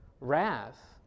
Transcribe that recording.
wrath